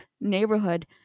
neighborhood